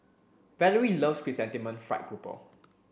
Valorie loves Chrysanthemum Fried Grouper